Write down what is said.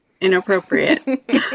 inappropriate